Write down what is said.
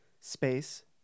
space